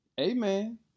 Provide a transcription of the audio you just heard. Amen